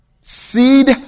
seed